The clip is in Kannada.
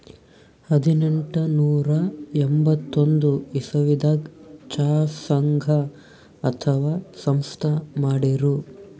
ಹದನೆಂಟನೂರಾ ಎಂಬತ್ತೊಂದ್ ಇಸವಿದಾಗ್ ಚಾ ಸಂಘ ಅಥವಾ ಸಂಸ್ಥಾ ಮಾಡಿರು